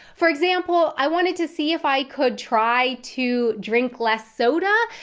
for example, i wanted to see if i could try to drink less soda,